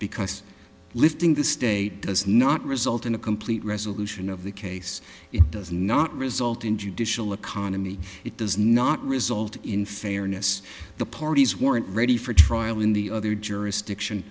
because lifting the state does not result in a complete resolution of the case it does not result in judicial economy it does not result in fairness the parties weren't ready for trial in the other jurisdiction